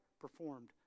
performed